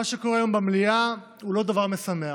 מה שקורה היום במליאה הוא לא דבר משמח.